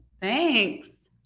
Thanks